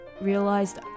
realized